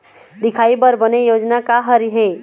दिखाही बर बने योजना का हर हे?